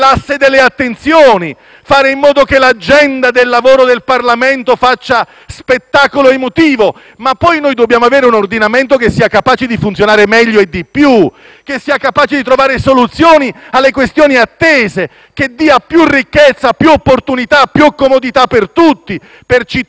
spettacolo emotivo, ma poi dobbiamo avere un ordinamento che sia capace di funzionare meglio e di più; che sia capace di trovare soluzioni alle questioni attese; che dia più ricchezza, più opportunità, più comodità per tutti, cittadini, imprese e territori. E come si fa con questo procedimento? Permettetemi.